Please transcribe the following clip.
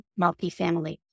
multifamily